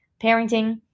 parenting